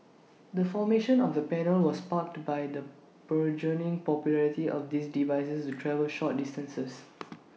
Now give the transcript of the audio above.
the formation of the panel was sparked by the burgeoning popularity of these devices to travel short distances